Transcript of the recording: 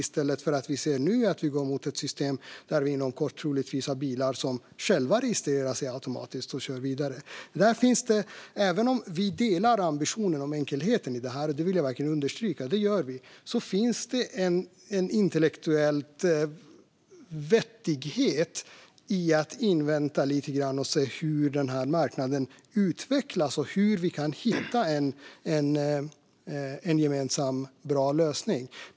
Nu ser vi i stället att vi går mot ett system där vi inom kort troligtvis har bilar som registreras automatiskt och sedan kör vidare. Vi delar ambitionen om enkelheten i detta - det vill jag verkligen understryka att vi gör. Men det finns en intellektuell vettighet i att vänta lite grann och se hur denna marknad utvecklas och hur vi kan hitta en gemensam bra lösning.